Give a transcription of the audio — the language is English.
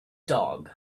dog